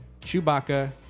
Chewbacca